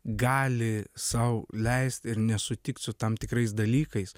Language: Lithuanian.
gali sau leist ir nesutikt su tam tikrais dalykais